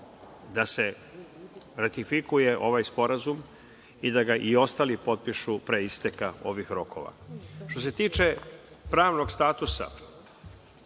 da se ratifikuje ovaj sporazum i da ga i ostali potpišu pre isteka ovih rokova. Što se tiče pravnog statusa,